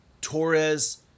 Torres